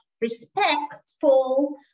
respectful